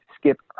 Skip